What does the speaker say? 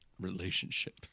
relationship